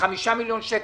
והחמישה מיליון שקלים.